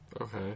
Okay